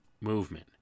movement